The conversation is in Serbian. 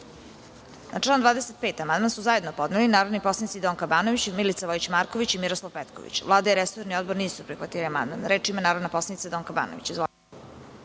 član 25. amandman su zajedno podneli narodni poslanici Donka Banović, Milica Vojić Marković i Miroslav Petković. Vlada i resorni odbor nisu prihvatili amandman. Reč ima narodna poslanica Donka Banović.